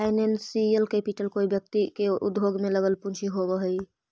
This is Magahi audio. फाइनेंशियल कैपिटल कोई व्यक्ति के उद्योग में लगल पूंजी होवऽ हई